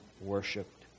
worshipped